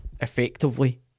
effectively